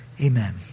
Amen